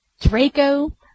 Draco